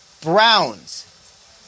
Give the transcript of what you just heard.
Browns